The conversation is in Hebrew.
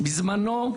בזמנו,